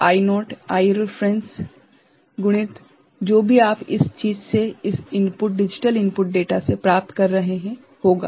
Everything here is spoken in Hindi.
इसलिए I0 I रेफेरेंस गुणित जो भी आप इस चीज से इस इनपुट डिजिटल इनपुट डेटा से प्राप्त कर रहे हैं होगा